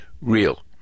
real